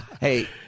Hey